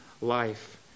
life